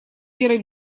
верой